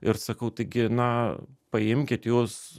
ir sakau tai gi na paimkit jūs